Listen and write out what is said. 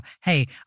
hey